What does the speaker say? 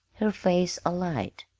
her face alight,